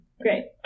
Great